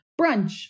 brunch